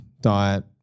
diet